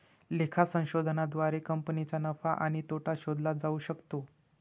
लेखा संशोधनाद्वारे कंपनीचा नफा आणि तोटा शोधला जाऊ शकतो